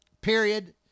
Period